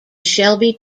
shelby